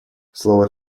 слово